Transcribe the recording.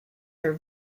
are